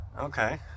Okay